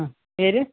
പേര്